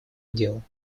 делом